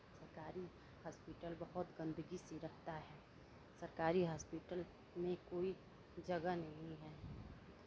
सरकारी हॉस्पिटल बहुत गंदगी सी रहता है सरकारी हॉस्पिटल में कोई जगह ही नहीं है